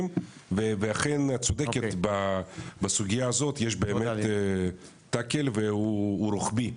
ואכן את צודקת בסוגייה הזאת יש באמת תקל והוא רוחבי,